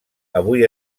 avui